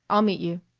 i'll meet you.